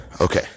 Okay